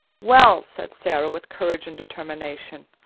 well, said sara, with courage and determination,